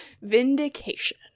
Vindication